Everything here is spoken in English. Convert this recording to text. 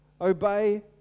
Obey